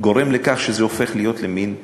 גורם לכך שזה הופך להיות מין שגרה.